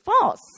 false